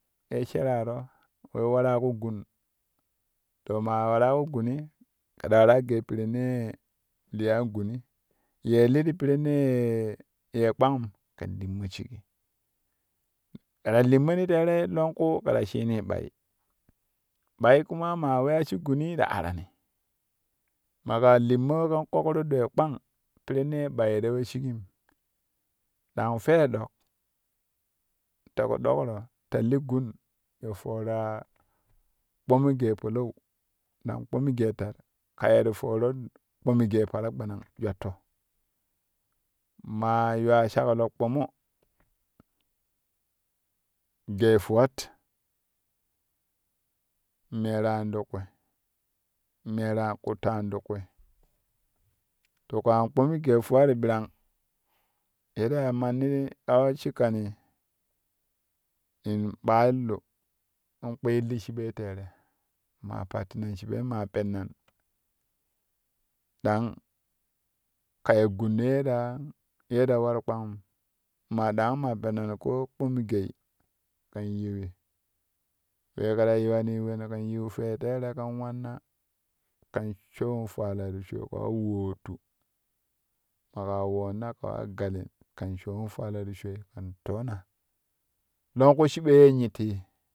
Ta ye sheraro koo ye waraa ku gun to maa waraa ku guni kɛ ta waraa gee pirenee liyaan guni ye li ti pirennee ye kpangum limmo shigi kɛ ta limmoni tere longku kɛ ta shini ɓai ɓai kuma maa wa weya shik guni ta arani maƙa limmo kɛn kokro ɗoi kpang pirennee ɓai a ta we shigim dau fwe dok te ku dokro ta li gun ye foraa kpumu gee palau dang kpumu geetat ka ye ti fooro kpumu gee paragbanang jwatto maa yuwa shaklo kpumu gee fuwat meeran ti kwi meera kuttaan ti kwi ti ku an kpumu geefuwati biranh ye ta ya manni kawe shikkanii in ɓaalu in kpiilu shiɓoi tere maa pattina shiɓo maa pennan ɗang ka ye gume taa ye ta waru kpangum ma ɗang ma penna ta koo kpumu gei kɛn yiwi wee kɛ ta yiwani wen kɛn yiu fwe tere kɛn wanna kɛn showun fwala ti shoi kɛ wa wootu maƙa woona kɛ wa galli kɛn showin fwala ti shoi kɛn toona longku shiɓoi ye nyittiii.